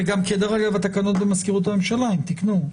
וגם דרך אגב התקנות במזכירות הממשלה, הם תיקנו,